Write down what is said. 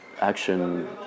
action